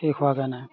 শেষ হোৱাগৈ নাই